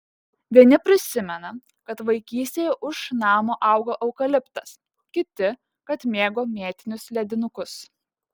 vieni prisimena kad vaikystėje už namo augo eukaliptas kiti kad mėgo mėtinius ledinukus